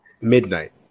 midnight